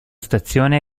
stazione